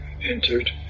entered